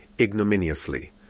ignominiously